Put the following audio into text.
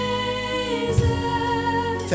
Jesus